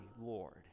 lord